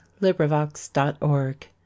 LibriVox.org